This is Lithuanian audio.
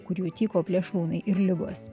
kur jų tyko plėšrūnai ir ligos